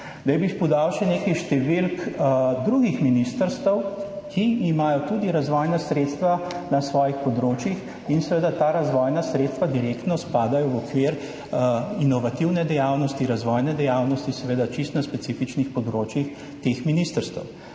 Zdaj bi podal še nekaj številk drugih ministrstev, ki imajo tudi razvojna sredstva na svojih področjih in seveda ta razvojna sredstva direktno spadajo v okvir inovativne dejavnosti, razvojne dejavnosti, seveda čisto na specifičnih področjih teh ministrstev.